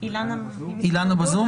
אילנה בזום?